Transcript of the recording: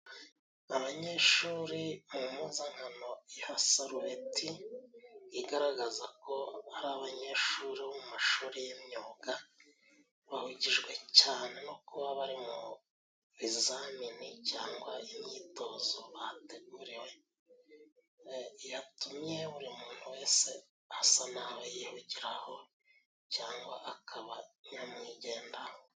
Abanyeshuri mu mpuzankano y'amasarubeti, igaragaza ko ari abanyeshuri bo mu mashuri y'imyuga. Bahugijwe cane no kuba bari mu bizamini cangwa imyitozo bateguriwe, yatumye buri muntu wese asa n'uwihugiraho cangwa akaba nyamwigendaho.